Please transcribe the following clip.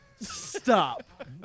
Stop